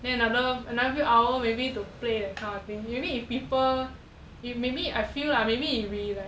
then another another hour maybe to play a kind of thing you need if people it maybe I feel lah maybe re leh